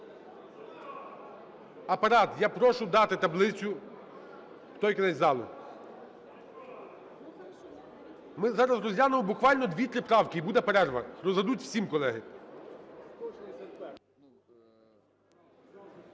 Апарат, я прошу дати таблицю в той кінець залу. Ми зараз розглянемо буквально 2-3 правки і буде перерва, роздадуть всім, колеги.